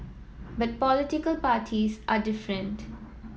but political parties are different